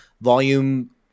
Volume